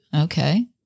Okay